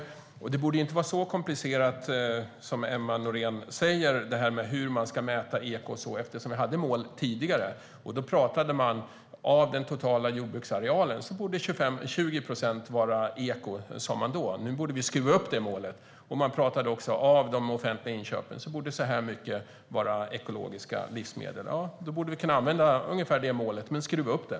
Hur man ska mäta eko borde inte vara så komplicerat som Emma Nohrén säger, eftersom vi hade mål tidigare. Av den totala jordbruksarealen borde 20 procent vara eko, sa man då. Nu borde vi skruva upp det målet. Man pratade också om att av de offentliga inköpen borde så här mycket vara ekologiska livsmedel. Vi borde kunna använda ungefär det målet men skruva upp det.